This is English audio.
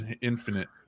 Infinite